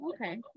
Okay